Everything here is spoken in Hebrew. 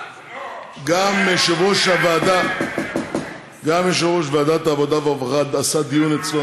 גם יושב-ראש ועדת העבודה והרווחה עשה דיון אצלו,